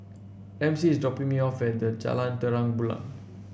Ramsey is dropping me off at Jalan Terang Bulan